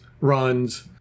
runs